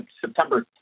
September